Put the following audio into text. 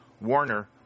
Warner